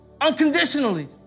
unconditionally